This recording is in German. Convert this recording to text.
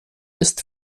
ist